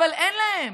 אבל אין להם.